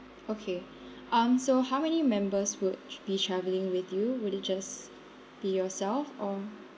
okay um so how many members would be traveling with you would it just be yourself or